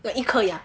then 一颗牙